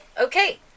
Okay